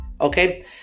Okay